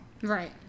Right